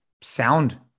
sound